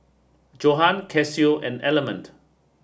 Johan Casio and Element